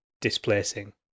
displacing